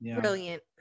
Brilliant